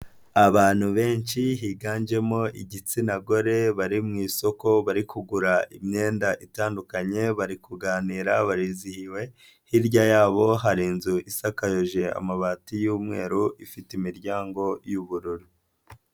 Abantu benshi higanjemo igitsina gore bari mu isoko, bari kugura imyenda itandukanye, bari kuganira, barizihiwe, hirya yabo hari inzu isakayuje amabati y'umweru, ifite imiryango y'ubururu.